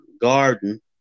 garden